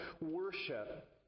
worship